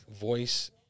voice